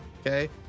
Okay